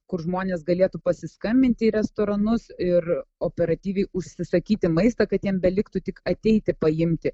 kur žmonės galėtų pasiskambinti į restoranus ir operatyviai užsisakyti maistą kad jiem beliktų tik ateiti paimti